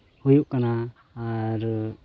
ᱦᱩᱭᱩᱜ ᱠᱟᱱᱟ ᱟᱨ